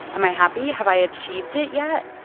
am i happy? have i achieved it yet?